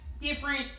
different